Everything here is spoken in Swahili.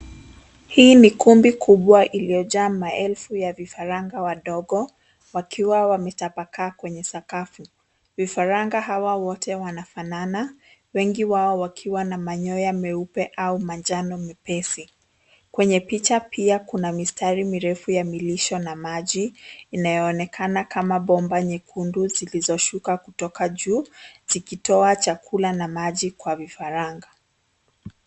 Hii ni kumbi kubwa iliyojaa maelfu ya vifaranga wadogo wakiwa wametapakaa kwenye sakafu. Vifaranga hawa wote wanafanana wengi wako wakiwa na manyoya meupe au manjano mepesi. Kwenye picha pia kuna mistari mirefu ya milisho na maji. inaonekana kama bomba nyekundu zilizoshuka kutoka juu zikitoa chakula na maji kwa vifaranga.